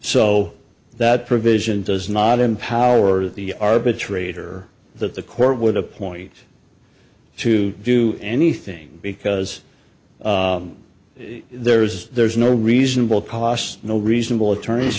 so that provision does not empower the arbitrator that the court would appoint to do anything because there's there's no reasonable costs no reasonable attorneys